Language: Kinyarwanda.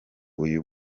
uyu